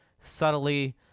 subtly